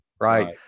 Right